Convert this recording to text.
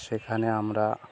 সেখানে আমরা